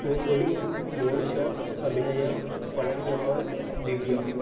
Poongodi Monisha Abhinaya Palaniammal Divya